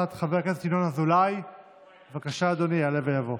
אתם אפילו עושים את זה עוד